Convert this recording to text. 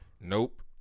Nope